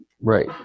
Right